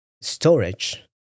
storage